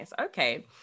Okay